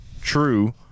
true